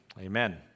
Amen